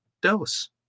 dose